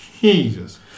Jesus